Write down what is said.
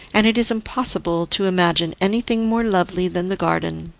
and it is impossible to imagine anything more lovely than the garden.